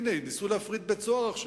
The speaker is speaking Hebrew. הנה, ניסו להפריט עכשיו בית-סוהר.